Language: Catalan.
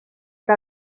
que